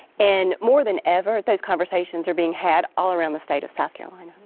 an more than ever those conversations are being had all around the state of south carolina.